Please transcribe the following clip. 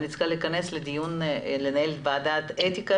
אני צריכה לנהל את ועדת האתיקה